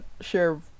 share